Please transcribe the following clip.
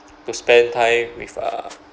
to spend time with uh